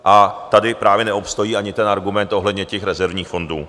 A tady právě neobstojí ani ten argument ohledně těch rezervních fondů.